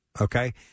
Okay